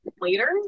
later